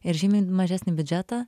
ir žymiai mažesnį biudžetą